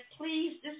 please